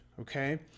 okay